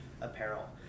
apparel